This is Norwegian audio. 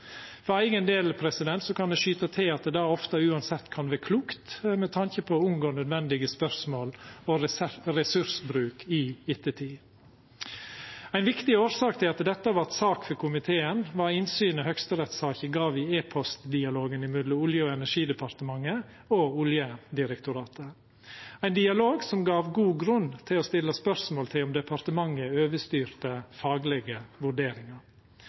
For eigen del kan eg skyta til at det ofte uansett kan vera klokt med tanke på å unngå unødvendige spørsmål og ressursbruk i ettertid. Ei viktig årsak til at dette vart ei sak for komiteen, var innsynet Høgsterett-saka gav i e-postdialogen mellom Olje- og energidepartementet og Oljedirektoratet, ein dialog som gav god grunn til å stilla spørsmål ved om departementet overstyrte faglege vurderingar.